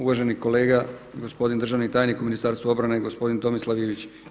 Uvaženi kolega gospodin državni tajnik u Ministarstvu obrane gospodine Tomislav Ivić.